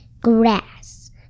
grass